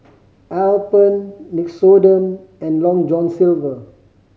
Alpen Nixoderm and Long John Silver